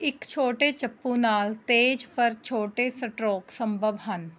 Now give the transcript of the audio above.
ਇੱਕ ਛੋਟੇ ਚੱਪੂ ਨਾਲ ਤੇਜ਼ ਪਰ ਛੋਟੇ ਸਟਰੋਕ ਸੰਭਵ ਹਨ